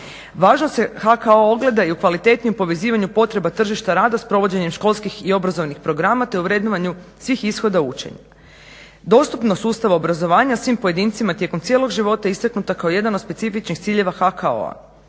Važnost se HKO-a ogleda i u kvalitetnijem povezivanju potreba tržišta rada s provođenjem školskih i obrazovnih programa, te u vrednovanju svih ishoda učenja. Dostupnost sustava obrazovanja svim pojedincima tijekom cijelog života istaknuta kao jedan od specifičnih ciljeva HKO-a.